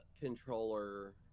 controller